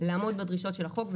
לעמוד בדרישות של החוק,